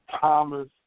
Thomas